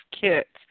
kits